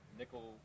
nickel